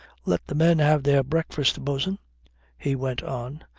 let the men have their breakfast, bo'sun, he went on,